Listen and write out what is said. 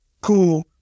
cool